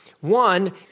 One